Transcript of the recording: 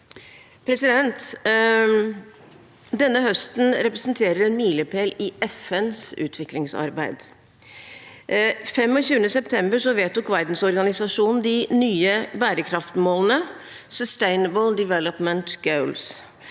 det ad notam. Denne høsten representerer en milepæl i FNs utviklingsarbeid. Den 25. september vedtok verdensorganisasjonen de nye bærekraftsmålene – «sustainable development goals»